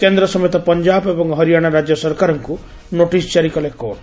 କେନ୍ଦ୍ର ସମେତ ପଞ୍ଜାବ ଏବଂ ହରିୟାଣା ରାଜ୍ୟ ସରକାରଙ୍କୁ ନୋଟିସ ଜାରି କଲେ କୋର୍ଟ